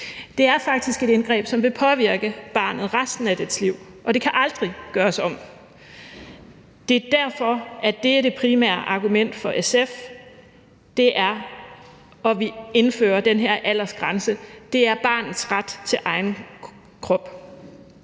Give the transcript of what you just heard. Det er faktisk et indgreb, som vil påvirke barnet resten af dets liv, og det kan aldrig gøres om. Det er derfor, at det primære argument for SF for at indføre den her aldersgrænse er barnets ret til egen krop.